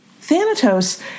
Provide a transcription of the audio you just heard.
Thanatos